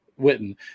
Witten